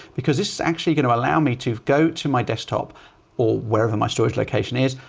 because this is actually going to allow me to go to my desktop or wherever my storage location is.